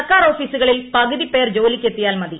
സർക്കാർ ഓഫീസുകളിൽ പകുതി പേർ ജോലിക്കെത്തിയാൽ മതി